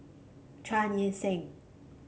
Chan Chee Seng